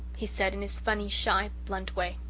he said in his funny, shy, blunt way.